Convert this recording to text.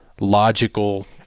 logical